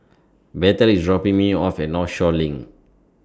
Bethel IS dropping Me off At Northshore LINK